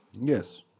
Yes